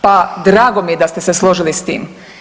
Pa drago mi je da ste se složili s tim.